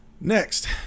next